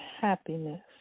happiness